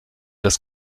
das